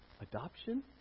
Adoption